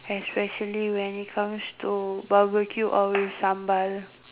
especially when it comes to barbecue or with sambal